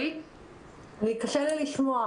קשה לי לשמוע.